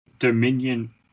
dominion